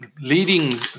leading